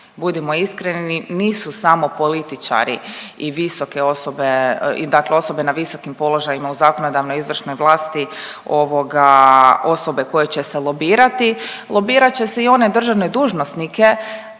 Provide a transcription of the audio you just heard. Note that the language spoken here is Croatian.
Budimo iskreni, nisu samo političari i visoke osobe, i dakle osobe na visokim položajima u zakonodavnoj i izvršnoj vlasti, ovoga, osobe koje će se lobirati. Lobirat će se i one državne dužnosnike